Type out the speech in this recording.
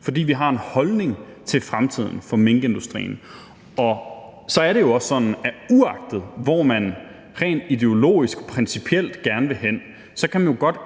fordi vi har en holdning til fremtiden for minkindustrien. Så er det jo også sådan, at man, uagtet hvor man rent ideologisk og principielt gerne vil hen, godt kan indgå